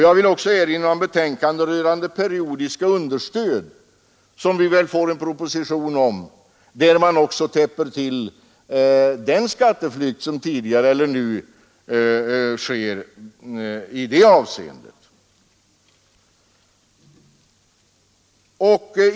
Jag vill också erinra om det betänkande rörande periodiska understöd som vi väl får en proposition om och varigenom också den skatteflykt som tidigare förekommit eller som nu förekommer i det avseendet stoppas.